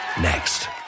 next